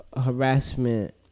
harassment